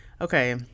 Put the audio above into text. okay